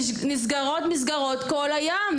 נסגרות מסגרות כל יום.